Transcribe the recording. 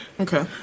Okay